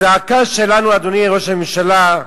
הזעקה שלנו, אדוני ראש הממשלה,